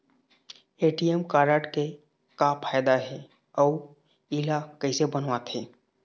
ATM card के का फायदा हे अऊ इला कैसे बनवाथे?